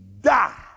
die